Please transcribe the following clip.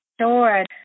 Sure